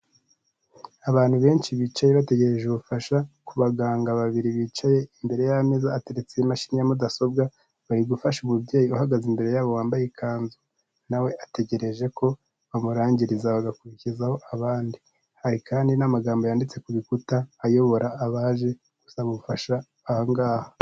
Abantu benshi bicaye bategereje ubufasha ku baganga babiri bicaye imbere y'ameza ateretseho imashini ya mudasobwa, bari gufasha umubyeyi uhagaze imbere yabo wambaye ikanzu, nawe ategereje ko bamurangiriza bagakurikizaho abandi, hari kandi n'amagambo yanditse ku rukuta ayobora abaje gusaba ubufasha ahangaha.